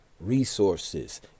resources